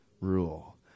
Rule